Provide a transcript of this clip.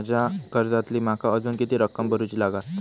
माझ्या कर्जातली माका अजून किती रक्कम भरुची लागात?